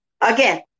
Again